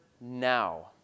now